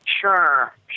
Sure